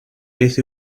beth